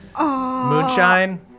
Moonshine